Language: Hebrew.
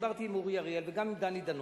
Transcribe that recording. דיברתי עם אורי אריאל וגם עם דני דנון,